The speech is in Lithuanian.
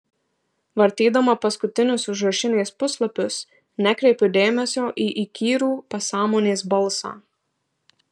vartydama paskutinius užrašinės puslapius nekreipiu dėmesio į įkyrų pasąmonės balsą